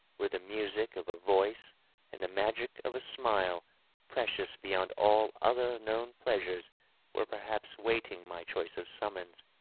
where the music of a voice and the magic of a smile precious beyond all other known pleasures were perhaps waiting my choice of summons.